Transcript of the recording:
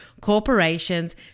corporations